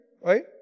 Right